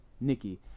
Nikki